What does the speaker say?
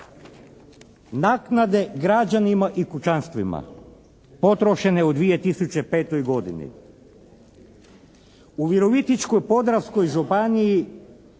Naknade građanima i kućanstvima potrošene u 2005. godini. U Virovitičko-podravskoj županiji